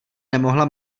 nemohla